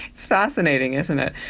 it's fascinating, isn't it!